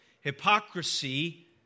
Hypocrisy